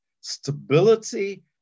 stability